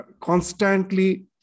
constantly